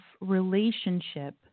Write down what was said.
relationship